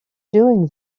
doing